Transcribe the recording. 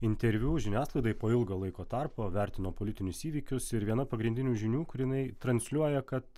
interviu žiniasklaidai po ilgo laiko tarpo vertino politinius įvykius ir viena pagrindinių žinių kur jinai transliuoja kad